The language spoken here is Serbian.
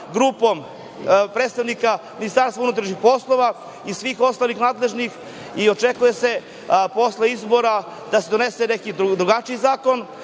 grupom predstavnika Ministarstva unutrašnjih poslova i svih ostalih nadležnih. Očekuje se posle izbora da se donese neki drugačiji zakon,